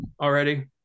already